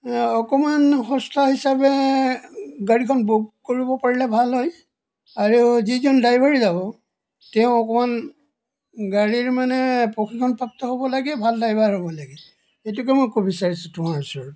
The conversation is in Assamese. অকণমান সস্তা হিচাপে গাড়ীখন বুক কৰিব পাৰিলে ভাল হয় আৰু যিজন ড্ৰাইভাৰ যাব তেওঁ অকণমান গাড়ীৰ মানে প্ৰশিক্ষণপাপ্ত হ'ব লাগে ভাল ড্ৰাইভাৰ হ'ব লাগে এইটোকে মই ক'ব বিচাৰিছোঁ তোমাৰ ওচৰত